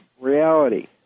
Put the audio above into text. reality